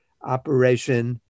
operation